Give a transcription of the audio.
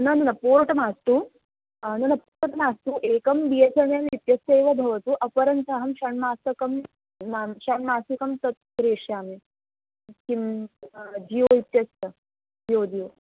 न न न पोर्ट् मास्तु न न मास्तु एकं बि एस् एन् एल् इत्यस्य एव भवतु अपरञ्च अहं षण्मासिकं षण्मासिकं तत् क्रेष्यामि किं जियो इत्यस्य जियो जियो